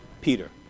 Peter